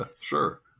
Sure